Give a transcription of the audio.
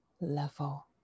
level